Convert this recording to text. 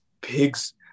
pigs